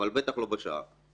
אבל בטח לא בשעה.